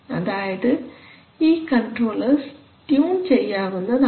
അതായത് ഈ controllers tune ചെയ്യാവുന്നതാണ്